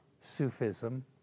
Sufism